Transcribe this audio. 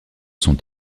sont